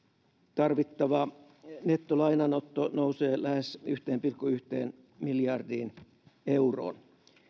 tarvittava nettolainanotto nousee lähes yhteen pilkku yhteen miljardiin euroon